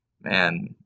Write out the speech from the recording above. man